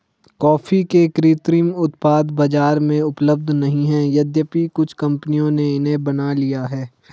coffee के कृत्रिम उत्पाद बाजार में उपलब्ध नहीं है यद्यपि कुछ कंपनियों ने इन्हें बना लिया है